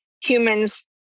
humans